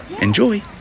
Enjoy